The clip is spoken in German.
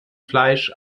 fleisch